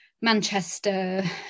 Manchester